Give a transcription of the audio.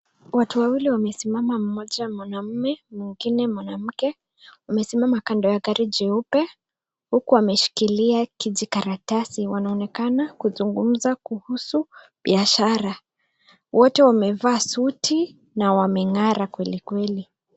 Watu wawili wamesimama, mmoja mwanaume na mwingine mwanamke, wamesimama kando ya gari jeupe, huku ameshikilia kijikaratasi. Wanaonekana kuzungumza kuhusu biashara. Wote wamevaa suti na wameng'ara kweli kweli.